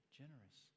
generous